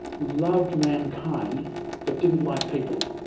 loved mankind but didn't like people.